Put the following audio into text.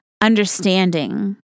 understanding